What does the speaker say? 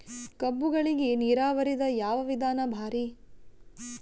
ಕಬ್ಬುಗಳಿಗಿ ನೀರಾವರಿದ ಯಾವ ವಿಧಾನ ಭಾರಿ?